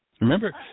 Remember